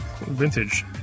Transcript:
vintage